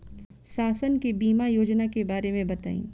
शासन के बीमा योजना के बारे में बताईं?